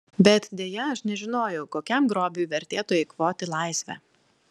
bet deja aš nežinojau kokiam grobiui vertėtų eikvoti laisvę